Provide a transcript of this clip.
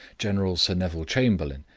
general sir neville chamberlain,